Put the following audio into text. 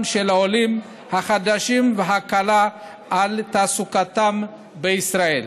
של העולים החדשים והקלה על תעסוקתם בישראל.